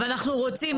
אבל אנחנו רוצים,